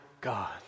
God